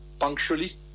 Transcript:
punctually